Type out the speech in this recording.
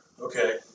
Okay